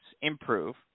improve